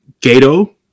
Gato